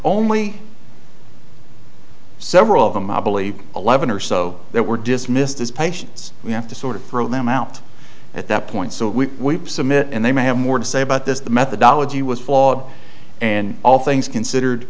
only several of them i believe eleven or so that were dismissed as patients we have to sort of throw them out at that point so we submit and they may have more to say about this the methodology was flawed and all things considered